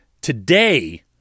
today